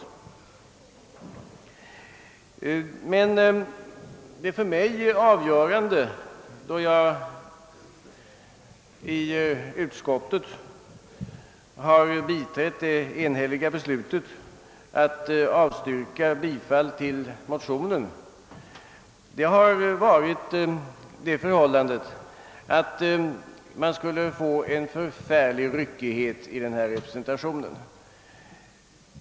Men det för mig avgörande då jag i utskottet biträtt det enhälliga beslutet att avstyrka bifall till motionen har varit det förhållandet, att man skulle få en förfärlig ryckighet i denna representation.